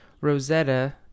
Rosetta